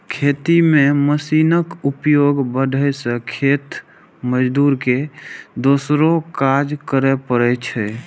खेती मे मशीनक उपयोग बढ़ै सं खेत मजदूर के दोसरो काज करै पड़ै छै